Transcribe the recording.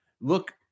look